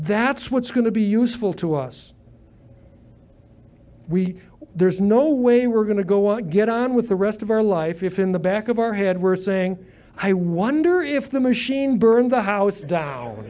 that's what's going to be useful to us we were there's no way we're going to go and get on with the rest of our life if in the back of our head we're saying i wonder if the machine burned the house down